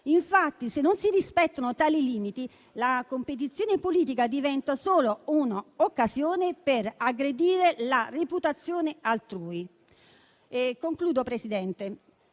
Infatti, se non si rispettano tali limiti, la competizione politica diventa solo un'occasione per aggredire la reputazione altrui. Concludo, signor Presidente.